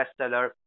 bestseller